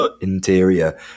interior